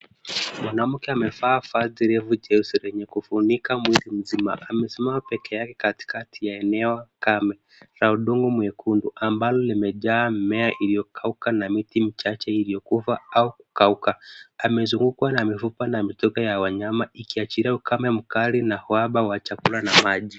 Mwanamke amevaa vazi refu jeusi lenye kufunika mwili mzima, amesimama pekee yake katikati ya eneo kame, la udongo mwekudu ambalo limejaa mimea iliyokauka na miti michache iliyokufa au kukauka. Amezungukwa na mifupa na mizoga ya wanyama ikiashiria ukame mkali na uhaba wa chakula na maji.